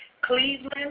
Cleveland